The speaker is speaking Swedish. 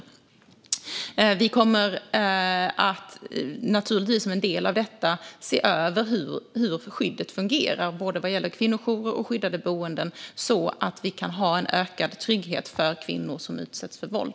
Som en del i detta kommer vi naturligtvis att se över hur skyddet fungerar vad gäller kvinnojourer och skyddade boenden så att vi kan skapa ökad trygghet för kvinnor som utsätts för våld.